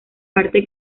parte